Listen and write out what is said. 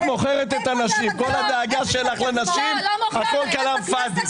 כל הדאגה שלך לנשים, הכול קלנפאדי.